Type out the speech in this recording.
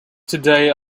today